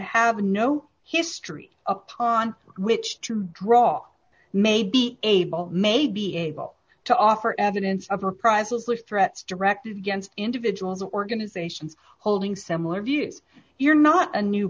have no history upon which to draw may be able may be able to offer evidence of reprisals with threats directed against individuals or organizations holding similar views you're not a new